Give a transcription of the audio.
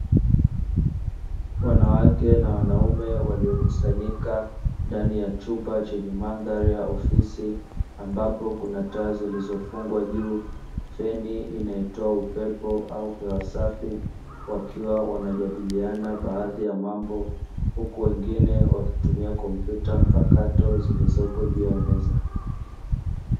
Wanawake na wanaume waliokusanyika ndani ya chumba chenye mandhari ya ofisi ambapo kuna taa zilizofungwa juu, feni inayotoa upepo au hewa safi wakiwa wanajadiliana baadhi ya mambo huku wengine wakitumia kompyuta mpakato zilizopo juu ya meza.